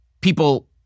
people